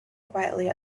quietly